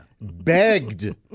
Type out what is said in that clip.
begged